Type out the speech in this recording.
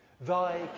Thy